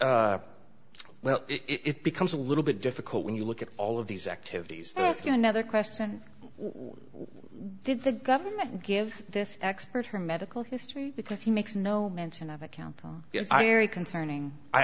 well it becomes a little bit difficult when you look at all of these activities that ask you another question what did the government give this expert her medical history because he makes no mention of accounting i am very concerning i